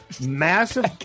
massive